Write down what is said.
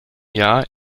jahr